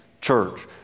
church